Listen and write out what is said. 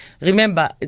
Remember